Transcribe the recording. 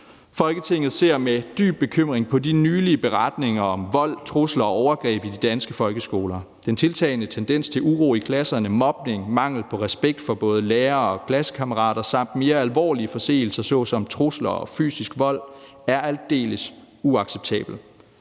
»Folketinget ser med dyb bekymring på de nylige beretninger om vold, trusler og overgreb i danske folkeskoler. Den tiltagende tendens til uro i klasserne, mobning, mangel på respekt for både lærere og klassekammerater samt mere alvorlige forseelser såsom trusler og fysisk vold er aldeles uacceptabel.